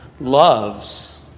loves